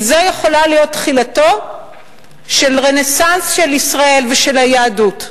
כי זו יכולה להיות תחילתו של רנסנס של ישראל ושל היהדות.